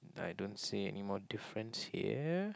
I don't see anymore difference here